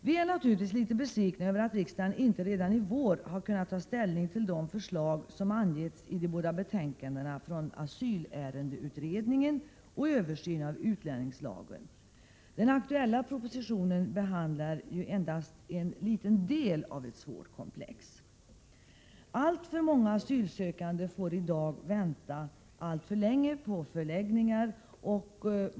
Vi är naturligtvis litet besvikna över att riksdagen inte redan i vår kan ta ställning till de förslag som läggs fram i de båda betänkandena från asylärendeutredningen, SOU 1988:2 Kortare väntan och SOU 1988:1 Översyn av utlänningslagen. Den aktuella propositionen behandlar ju endast en liten del av ett svårt komplex. Alltför många asylsökande får i dag vänta alltför länge i förläggningar.